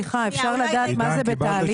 אפשר לדעת מה זה בתהליך?